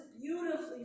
beautifully